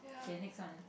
okay next one